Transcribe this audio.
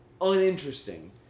uninteresting